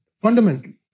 Fundamentally